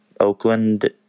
Oakland